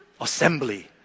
assembly